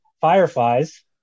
Fireflies